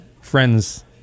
friends